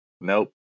nope